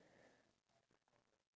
if you notice